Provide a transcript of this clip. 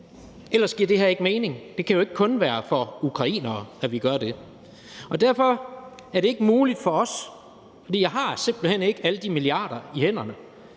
Ellers giver det her ikke mening; for det kan jo ikke kun være for ukrainere, at vi gør det. Derfor er det ikke muligt for os, for jeg har simpelt hen ikke alle de milliarder i hænderne,